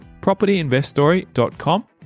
PropertyInvestStory.com